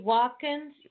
Watkins